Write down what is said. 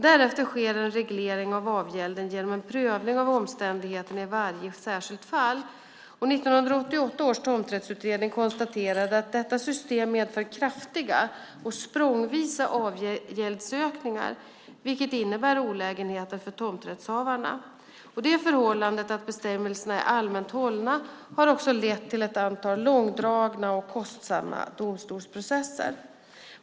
Därefter sker en reglering av avgälden genom en prövning av omständigheterna i varje särskilt fall. 1988 års tomträttsutredning konstaterade att detta system medför kraftiga och språngvisa avgäldsökningar, vilket innebär olägenheter för tomträttshavarna. Det förhållandet att bestämmelserna är allmänt hållna har också lett till ett stort antal långdragna och kostsamma domstolsprocesser.